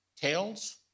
tails